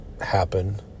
happen